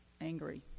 angry